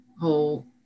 whole